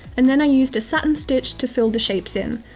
and then i used a satin stitch to fill the shapes in,